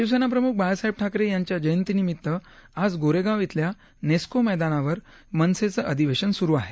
शिवसेनाप्रमुख बाळासाहेब ठाकरे यांच्या जयतीनिमित्त आज गोरेगाव इथल्या नेस्को मैदानावर मनसेचं अधिवेशन सुरु आहे